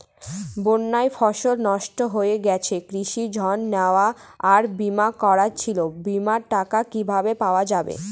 বন্যায় ফসল নষ্ট হয়ে গেছে কৃষি ঋণ নেওয়া আর বিমা করা ছিল বিমার টাকা কিভাবে পাওয়া যাবে?